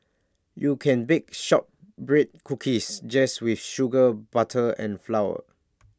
you can bake Shortbread Cookies just with sugar butter and flour